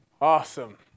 Awesome